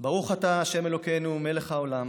ברוך אתה ה' אלוקינו מלך העולם